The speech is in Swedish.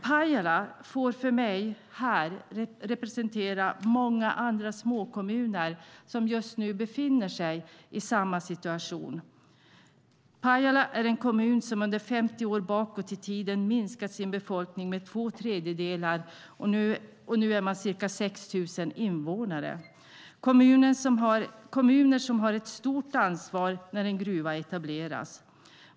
Pajala får för mig här representera många andra småkommuner som just nu befinner sig i samma situation. Pajala är en kommun som under 50 år bakåt i tiden har minskat sin befolkning med två tredjedelar, och nu är man ca 6 000 invånare. Kommunen har ett stort ansvar när en gruva etableras.